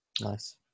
Nice